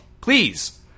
please